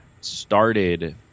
started